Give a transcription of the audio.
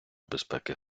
безпеки